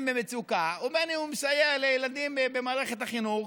במצוקה או בין אם הוא מסייע לילדים במערכת החינוך,